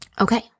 Okay